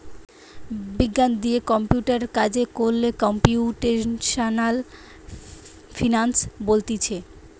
বিজ্ঞান দিয়ে কম্পিউটারে কাজ কোরলে কম্পিউটেশনাল ফিনান্স বলতিছে